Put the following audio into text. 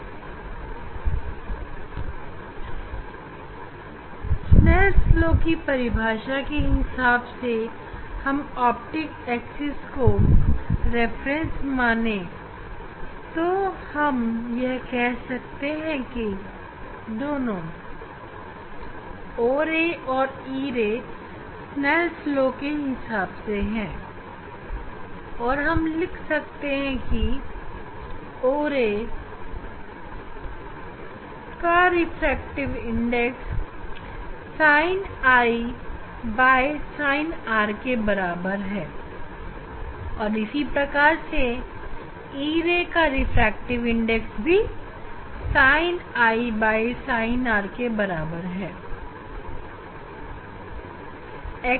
snail लाSnell's law की परिभाषा के हिसाब से हम ऑप्टिक एक्सिस को रेफरेंस माने तो हम यह कह सकते हैं कि दोनों o ray और e ray स्नेल लाSnell's law के हिसाब से हैं और हम लिख सकते हैं कि o ray का refractive index sini sin r के बराबर है और इसी प्रकार से e ray का रिफ्रैक्टिव इंडेक्स भी sini sin r के बराबर है